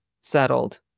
settled